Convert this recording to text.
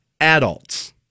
adults